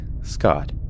Scott